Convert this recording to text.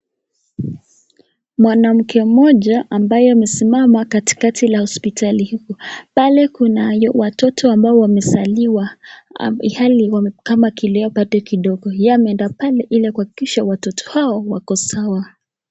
Mwanamke mmoja ambaye amesimama katikati la hospitali. Pale kunayo watoto ambao wamezaliwa ilhali ni kama kilo yao bado kidogo, yeye ameenda pale ili kuhakikisha watoto hao wako sawa.